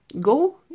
go